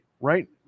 right